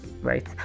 right